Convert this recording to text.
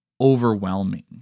overwhelming